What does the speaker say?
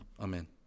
Amen